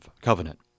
covenant